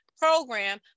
Program